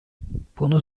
bunu